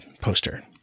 poster